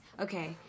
okay